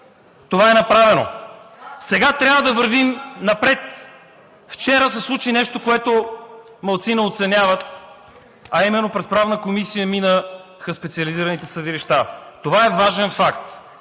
това е направено. Сега трябва да вървим напред. Вчера се случи нещо, което малцина оценяват, а именно през Правната комисия минаха специализираните съдилища. Това е важен факт.